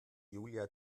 julia